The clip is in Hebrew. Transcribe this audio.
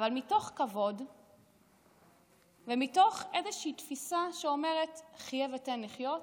מתוך כבוד ומתוך איזושהי תפיסה שאומרת: חיה ותן לחיות.